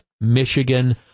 Michigan